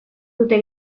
dute